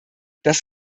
das